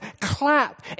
clap